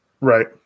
Right